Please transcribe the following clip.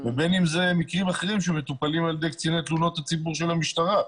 ובין אם זה מקרים אחרים שמטופלים על ידי קצין תלונות הציבור של המשטרה.